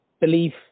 belief